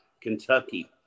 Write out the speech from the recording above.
Kentucky